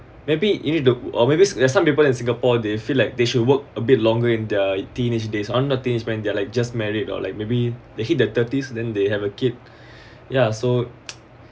maybe you need to or maybe there's some people in singapore they feel like they should work a bit longer in their teenage days on their teenage when they're like just married or like maybe they hit the thirties then they have a kid ya so